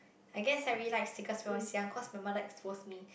I guess I really like stickers when I was young cause my mother expose me